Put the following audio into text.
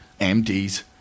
MDs